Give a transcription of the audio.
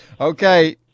Okay